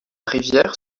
rivière